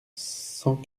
cent